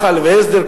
מח"ל והסדר,